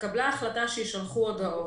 התקבלה החלטה שיישלחו הודעות,